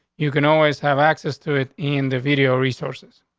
you can always have access to it in the video resources.